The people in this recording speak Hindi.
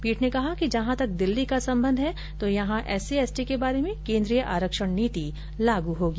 पीठ ने कहा कि जहां तक दिल्ली का संबंध है तो यहां एससी एसटी के बारे में केन्द्रीय आरॅक्षण नीति लागू होगी